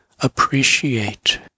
appreciate